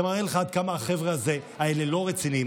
זה מראה לך עד כמה החבר'ה האלה לא רציניים,